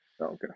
Okay